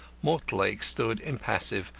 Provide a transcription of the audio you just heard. mortlake stood impassive,